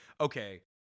Okay